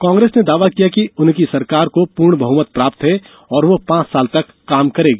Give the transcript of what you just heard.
कांग्रेस ने दावा किया कि उनकी सरकार को पूर्ण बहुमत प्राप्त है और वह पांच साल तक काम करेगी